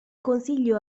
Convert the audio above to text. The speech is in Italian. consiglio